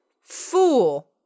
fool